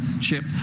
chip